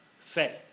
Say